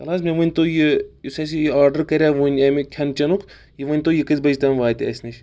تَلہٕ حٕظ مےٚ ؤنتو یہِ یُس اَسہِ یہِ آرڈَر کَریٚو وٕنۍ اَمہِ کھؠن چؠنُک یہِ ؤنتو یہِ کٔژِ بَجہِ تام واتہِ اَسہِ نِش